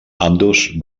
ambdós